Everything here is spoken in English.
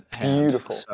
Beautiful